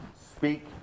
speak